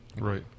Right